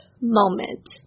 moment